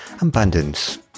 Abundance